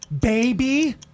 Baby